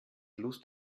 lust